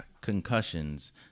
concussions